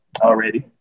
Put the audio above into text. already